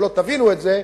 ולא תבינו את זה,